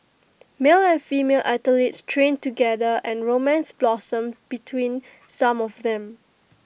male and female athletes trained together and romance blossomed between some of them